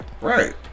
Right